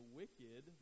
wicked